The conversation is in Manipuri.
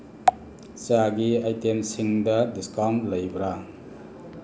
ꯆꯥꯒꯤ ꯑꯥꯏꯇꯦꯝꯁꯤꯡꯗ ꯗꯤꯁꯀꯥꯎꯟ ꯂꯩꯕ꯭ꯔꯥ